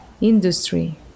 industry